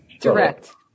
direct